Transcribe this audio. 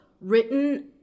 written